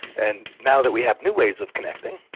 and now that we have new ways of connecting,